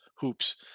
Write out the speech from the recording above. hoops